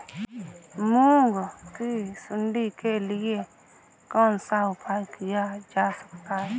मूंग की सुंडी के लिए कौन सा उपाय किया जा सकता है?